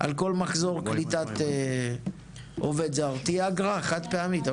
על כל מחזור קליטת עובד זר תהיה אגרה חד פעמית,